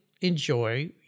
enjoy